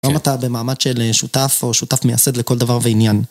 גם אתה במעמד של שותף או שותף מייסד לכל דבר ועניין.